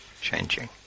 changing